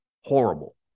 horrible